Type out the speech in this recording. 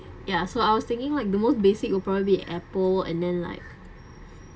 ya so I was thinking like the most basic will probably be apple and then like